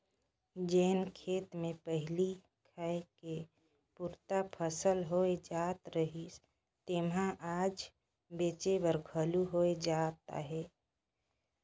जेन खेत मे पहिली खाए के पुरता फसल होए जात रहिस तेम्हा आज बेंचे बर घलो होए जात हे